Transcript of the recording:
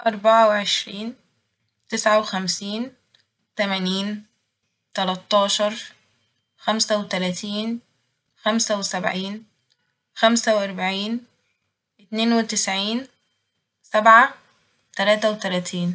أربعة وعشرين ، تسعة وخمسين تمانين تلاتاشر خمسة وتلاتين خمسة وسبعين خمسة وأربعين اتنين وتسعين سبعة تلاتة وتلاتين